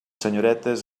senyoretes